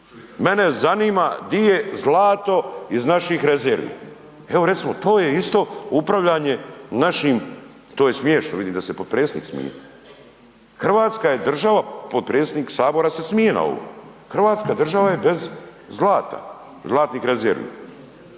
Mene zanima gdje je zlato iz naših rezervi? Evo recimo to je isto upravljanje našim, to je smiješno, vidim da se i potpredsjednik smije, Hrvatska je država, potpredsjednik sabora se smije na ovo, Hrvatska država je bez zlata, zlatnih rezervi.